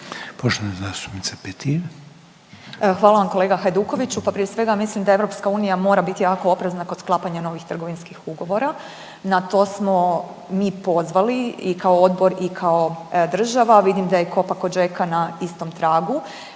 (Nezavisni)** Hvala vam kolega Hajdukoviću. Pa prije svega, mislim da EU mora biti jako oprezna kod novih trgovinskih ugovora. Na to smo mi pozvali i kao odbor i kao država. Vidim da je .../Govornik se ne